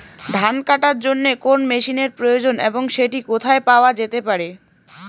ধান কাটার জন্য কোন মেশিনের প্রয়োজন এবং সেটি কোথায় পাওয়া যেতে পারে?